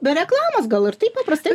be reklamos gal ir taip paprastai